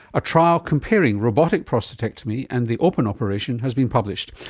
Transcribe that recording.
a trial comparing robotic prostatectomy and the open operation has been published.